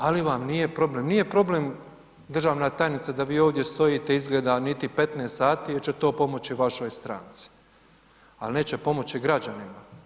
Ali vam nije problem, nije problem državna tajnice da vi ovdje stojite niti 15 sati jer će to pomoći vašoj stranci, ali neće pomoći građanima.